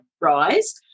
rise